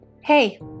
Hey